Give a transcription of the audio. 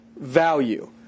value